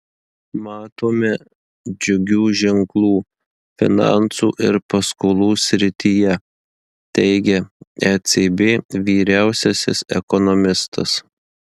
matome džiugių ženklų finansų ir paskolų srityje teigia ecb vyriausiasis ekonomistas